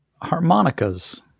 harmonicas